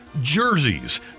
jerseys